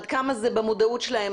עד כמה זה במודעות שלהם,